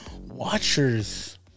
watchers